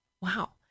Wow